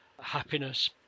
happiness